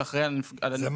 שאחראי על הנפגעים.